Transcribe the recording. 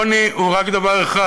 עוני הוא רק דבר אחד,